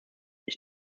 ich